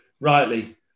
rightly